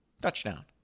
Touchdown